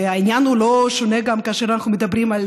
והעניין לא שונה גם כאשר אנחנו מדברים על,